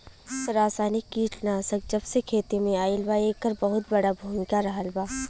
रासायनिक कीटनाशक जबसे खेती में आईल बा येकर बहुत बड़ा भूमिका रहलबा